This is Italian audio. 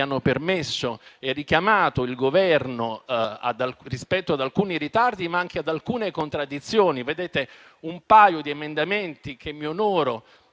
hanno richiamato il Governo rispetto ad alcuni ritardi, ma anche ad alcune contraddizioni. Un paio di emendamenti, di cui mi onoro